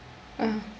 uh